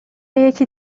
یکی